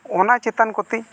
ᱚᱱᱟ ᱪᱮᱛᱟᱱ ᱠᱚᱛᱤᱧ